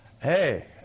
Hey